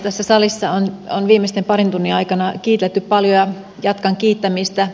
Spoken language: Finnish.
tässä salissa on viimeisten parin tunnin aikana kiitelty paljon ja jatkan kiittämistä